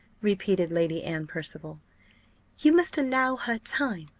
repeated lady anne percival you must allow her time,